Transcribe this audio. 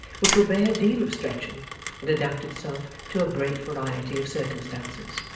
which will bear a deal of stretching and adapt itself to a great variety of circumstances.